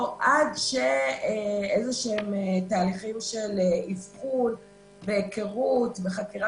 או עד שתהליכים של אבחון והיכרות וחקירה